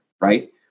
right